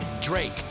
Drake